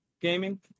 gaming